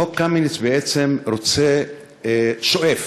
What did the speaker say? חוק קמיניץ בעצם רוצה, שואף